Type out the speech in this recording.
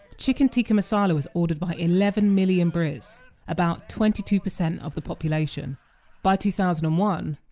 chicken tikka masala was ordered by eleven million brits about twenty two percent of the population by two thousand and one,